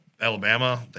Alabama